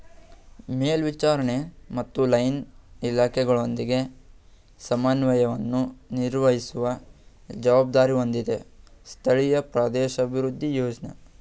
ಮೇಲ್ವಿಚಾರಣೆ ಮತ್ತು ಲೈನ್ ಇಲಾಖೆಗಳೊಂದಿಗೆ ಸಮನ್ವಯವನ್ನು ನಿರ್ವಹಿಸುವ ಜವಾಬ್ದಾರಿ ಹೊಂದಿದೆ ಸ್ಥಳೀಯ ಪ್ರದೇಶಾಭಿವೃದ್ಧಿ ಯೋಜ್ನ